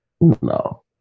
no